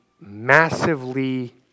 massively